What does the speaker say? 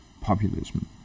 populism